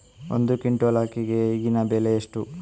ಒಂದು ಕ್ವಿಂಟಾಲ್ ಅಕ್ಕಿಗೆ ಈಗಿನ ಬೆಲೆ ಎಷ್ಟು?